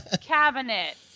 cabinet